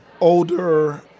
older